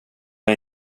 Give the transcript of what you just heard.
jag